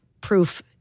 proof